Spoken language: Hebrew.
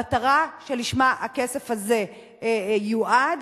המטרה שלשמה הכסף הזה יועד,